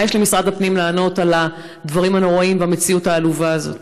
מה יש למשרד הפנים לענות על הדברים הנוראיים ועל המציאות העלובה הזאת?